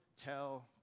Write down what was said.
tell